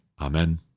Amen